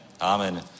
Amen